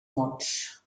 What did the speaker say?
mots